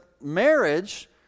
marriage